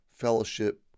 fellowship